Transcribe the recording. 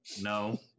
No